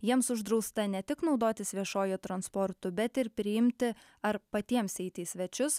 jiems uždrausta ne tik naudotis viešuoju transportu bet ir priimti ar patiems eiti į svečius